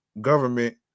government